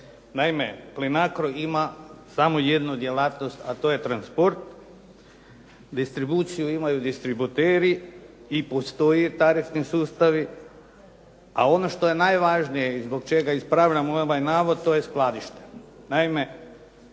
Naime Plinacro ima samo jednu djelatnost, a to je transport, distribuciju imaju distributeri i postoji tarifni sustavi, a ono što je najvažnije i zbog čega ispravljam ovaj navod to je skladište.